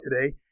today